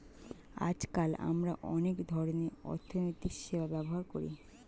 আজকাল আমরা অনেক ধরনের অর্থনৈতিক সেবা ব্যবহার করি